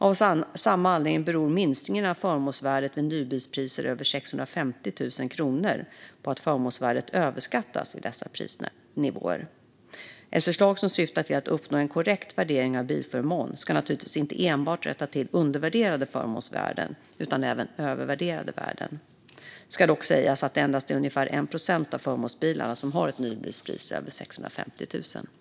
Av samma anledning beror minskningen av förmånsvärdet vid nybilspriser över 650 000 kronor på att förmånsvärdet överskattas i dessa prisnivåer. Ett förslag som syftar till att uppnå en korrekt värdering av bilförmån ska naturligtvis inte enbart rätta till undervärderade förmånsvärden utan även övervärderade värden. Det ska dock sägas att det endast är ungefär 1 procent av förmånsbilarna som har ett nybilspris över 650 000 kronor.